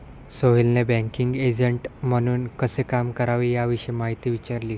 सोहेलने banking agent म्हणून कसे काम करावे याविषयी माहिती विचारली